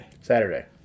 Saturday